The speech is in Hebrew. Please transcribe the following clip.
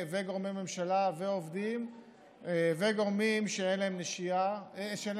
גורמי ממשלה ועובדים לגורמים שאין להם בטוחות,